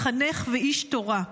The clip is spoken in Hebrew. מחנך ואיש תורה,